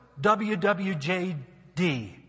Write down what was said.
WWJD